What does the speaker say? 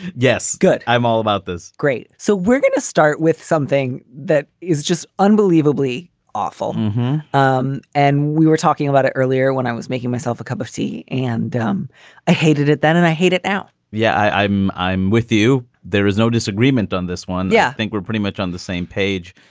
yes. good. i'm all about this. great. so we're going to start with something that is just unbelievably awful um and we were talking about it earlier when i was making myself a cup of tea. and um i hated it then and i hate it out yeah, i i'm i'm with you. there is no disagreement on this one. yeah, i think we're pretty much on the same page.